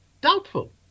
Doubtful